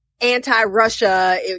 anti-Russia